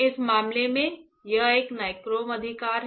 इस मामले में यह एक नाइक्रोम अधिकार है